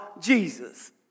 Jesus